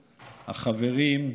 החברים,